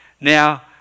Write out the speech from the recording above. now